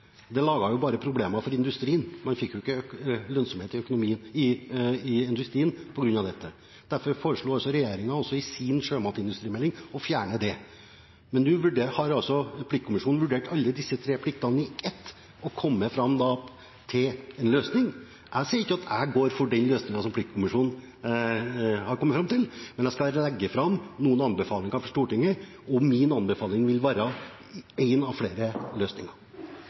Det laget bare problemer for industrien. Man fikk ikke lønnsomhet i industrien på grunn av dette. Derfor foreslo regjeringen i sin sjømatmelding å fjerne det. Nå har pliktkommisjonen vurdert alle disse tre pliktene i ett og kommet fram til en løsning. Jeg sier ikke at jeg går for den løsningen som pliktkommisjonen har kommet fram til, men jeg skal legge fram noen anbefalinger for Stortinget, og min anbefaling vil være én av flere løsninger.